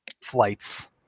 flights